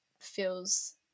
feels